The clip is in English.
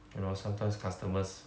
you know sometimes customers